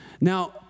Now